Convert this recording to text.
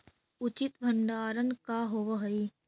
उचित भंडारण का होव हइ?